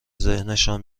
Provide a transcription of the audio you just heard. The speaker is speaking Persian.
ذهنشان